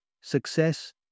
success